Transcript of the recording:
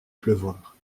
pleuvoir